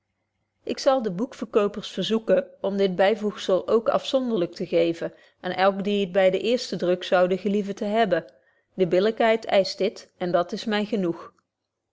ik zal de boekverkopers verzoeken om dit byvoegzel ook afzonderlyk te geeven aan elk die het by den eersten druk zoude gelieven te hebben de billykheid eischt dit en dat is my genoeg